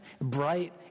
bright